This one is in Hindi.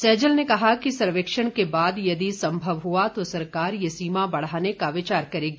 सैजल ने कहा कि सर्वेक्षण के बाद यदि संभव हुआ तो सरकार यह सीमा बढ़ाने का विचार करेगी